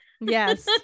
yes